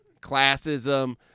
Classism